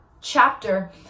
chapter